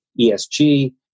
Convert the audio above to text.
ESG